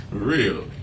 Real